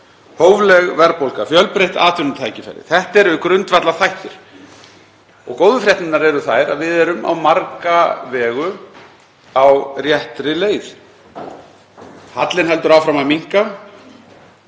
hófleg verðbólga, fjölbreytt atvinnutækifæri. Þetta eru grundvallarþættirnir. Góðu fréttirnar eru þær að við erum á marga vegu á réttri leið. Hallinn heldur áfram að minnka.